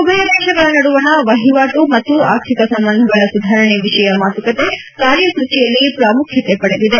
ಉಭಯ ದೇಶಗಳ ನಡುವಣ ವಹಿವಾಟು ಮತ್ತು ಆರ್ಥಿಕ ಸಂಬಂಧಗಳ ಸುಧಾರಣೆ ವಿಷಯ ಮಾತುಕತೆ ಕಾರ್ಯಸೂಚಯಳ್ಲಿ ಪ್ರಾಮುಖ್ಯ ಪಡೆದಿದೆ